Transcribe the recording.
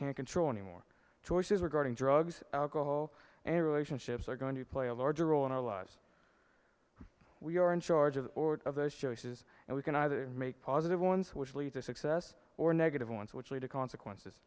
can control anymore choices regarding drugs alcohol and relationships are going to play a larger role in our lives we are in charge of those choices and we can either make positive ones which lead to success or negative ones which lead to consequences